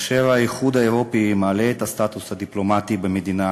כאשר האיחוד האירופי מעלה את הסטטוס הדיפלומטי במדינה